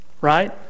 right